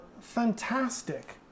fantastic